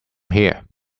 here